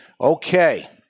Okay